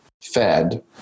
fed